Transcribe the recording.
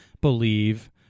believe